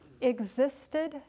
existed